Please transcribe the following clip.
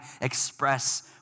express